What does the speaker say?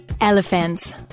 Elephants